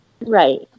right